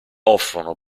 offrono